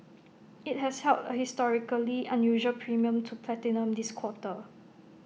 IT has held in A historically unusual premium to platinum this quarter